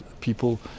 people